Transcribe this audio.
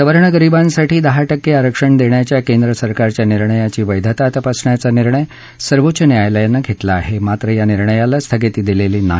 संवर्ण गरीबांसाठी दहा टक्के आरक्षण देण्याच्या केंद्र सरकारच्या निर्णयाची वैधता तपासण्याचा निर्णय सर्वोच्च न्यायालयानं घेतला आहे मात्र या निर्णयाला स्थगिती दिलेली नाही